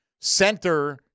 Center